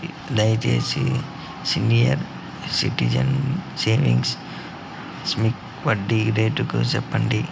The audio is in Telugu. దయచేసి సీనియర్ సిటిజన్స్ సేవింగ్స్ స్కీమ్ వడ్డీ రేటు సెప్పండి